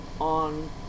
on